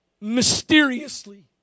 mysteriously